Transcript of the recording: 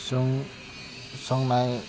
सं संनाय